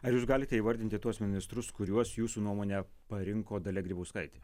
ar jūs galite įvardinti tuos ministrus kuriuos jūsų nuomone parinko dalia grybauskaitė